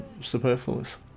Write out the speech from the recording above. superfluous